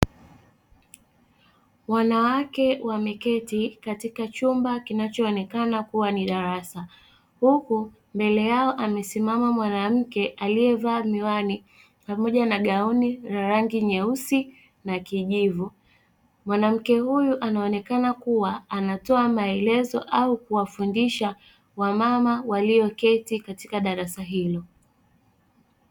Wanawake wameketi katika chumba kinachoonekana kuwa ni darasa huku mbele yao amesimama mwanamke aliyevaa miwani pamoja na gauni la rangi nyeusi na kijivu, mwanamke huyu anaonekana kuwa anatoa maelezo au kuwafundisha wamama walioketi katika darasa hilo.